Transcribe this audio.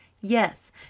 Yes